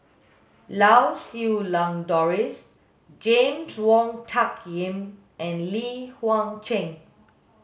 Lau Siew Lang Doris James Wong Tuck Yim and Li Huang Cheng